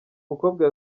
mukobwa